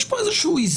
יש פה איזה איזון.